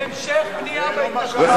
והמשך בניית ההתנחלויות,